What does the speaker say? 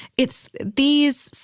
it's these,